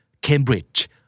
Cambridge